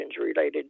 related